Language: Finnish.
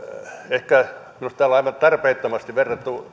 ehkä minusta täällä on aivan tarpeettomasti verrattu